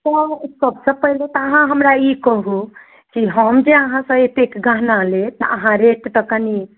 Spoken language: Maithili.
सभसँ पहिने तऽअहाँ हमरा ई कहू कि हम जे अहाँसँ एतेक गहना लेब तऽ अहाँ रेट तऽ कनि